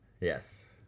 Yes